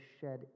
shed